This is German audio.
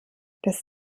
das